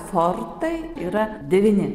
fortai yra devyni